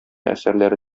әсәрләре